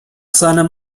seinem